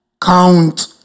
count